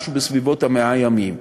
משהו בסביבות ה-100 ימים.